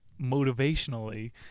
motivationally